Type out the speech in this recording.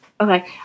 Okay